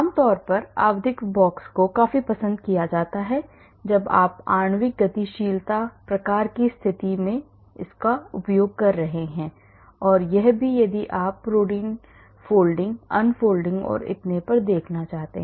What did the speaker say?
आम तौर पर आवधिक बॉक्स को पसंद किया जाता है जब आप आणविक गतिशीलता प्रकार की स्थिति में कर रहे हैं और यह भी कि यदि आप प्रोटीन फोल्डिंग अनफोल्डिंग और इतने पर देखना चाहते हैं